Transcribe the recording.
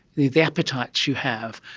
the the appetites you have,